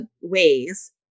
ways